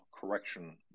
correction